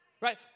Right